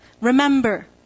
remember